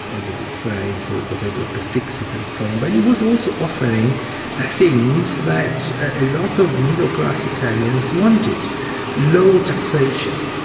as he would say, so he was able to fix italy's problems, but he was also offering ah things that a lot of middle-class italians wanted low taxation,